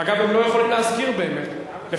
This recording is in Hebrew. אגב, הם לא יכולים להשכיר, באמת.